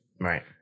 Right